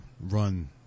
run